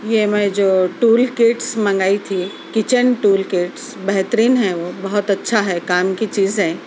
یہ میں جو ٹول کٹس منگائی تھی کچن ٹول کٹس بہترین ہے وہ بہت اچھا ہے کام کی چیز ہے